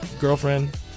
Girlfriend